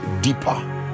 deeper